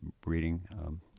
breeding